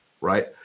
right